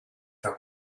thou